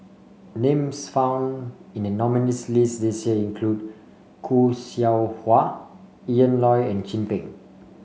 names found in the nominees' list this year include Khoo Seow Hwa Ian Loy and Chin Peng